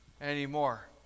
anymore